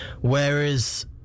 Whereas